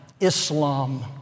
Islam